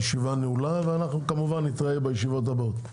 הישיבה נעולה ונתראה בישיבות הבאות.